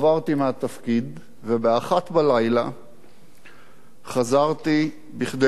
ב-01:00 חזרתי כדי להזדכות על התפקיד,